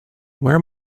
where